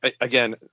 again